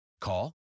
Call